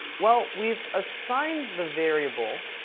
well, we've assigned the variable,